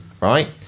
right